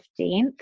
15th